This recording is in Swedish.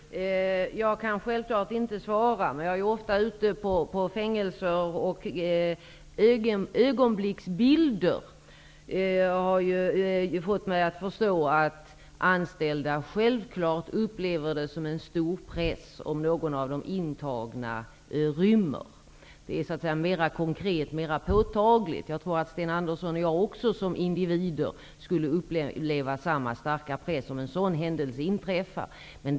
Herr talman! Jag kan naturligtvis inte ge något svar. Men jag besöker ofta fängelser, och ögonblicksbilder har därvid fått mig att förstå att anställda självfallet upplever det som en stor press om någon av de intagna rymmer. Det är så att säga mera påtagligt. Jag tror att Sten Andersson i Malmö och jag själv som individer också skulle uppleva samma starka press om en sådan händelse skulle inträffa.